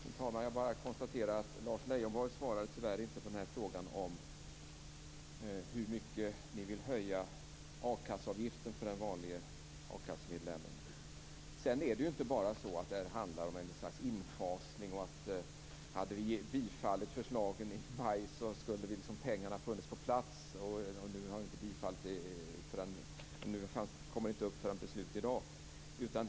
Fru talman! Jag bara konstaterar att Lars Leijonborg tyvärr inte svarade på frågan om hur mycket han vill höja a-kasseavgiften med för den vanlige akassemedlemmen. Sedan är det inte bara så att det här handlar om ett slags infasning och att om vi hade bifallit förslaget i maj så hade pengarna funnits på plats. Nu kommer det inte upp till beslut förrän i dag.